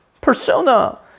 Persona